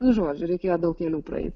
nu žodžiu reikėjo daug kelių praeit